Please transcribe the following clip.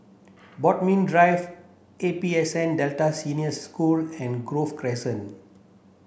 Bodmin Drive A P S N Delta Senior School and Grove Crescent